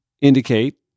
indicate